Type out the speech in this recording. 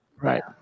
Right